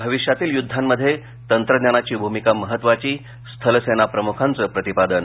भविष्यातील युद्धांमध्ये तंत्रज्ञानाची भूमिका महत्त्वाची स्थलसेना प्रमुखांचं प्रतिपादन